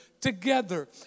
together